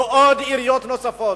לעיריות נוספות.